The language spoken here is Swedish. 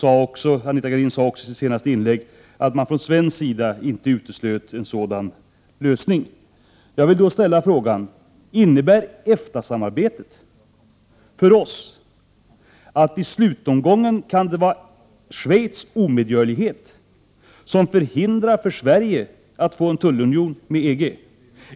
Anita Gradin sade också i sitt senaste inlägg att man från svensk sida inte uteslöt en sådan lösning. Jag vill då ställa frågan: Innebär EFTA-samarbetet att det i slutomgången kan vara Schweiz omedgörlighet som förhindrar att Sverige får en tullunion med EG?